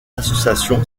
association